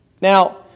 Now